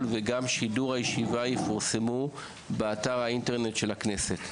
ושידור הישיבה יפורסמו באתר האינטרנט של הכנסת.